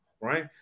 right